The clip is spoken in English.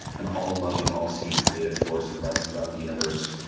an all loving, all seeing creative force that runs throughout the universe.